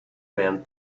man